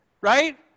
Right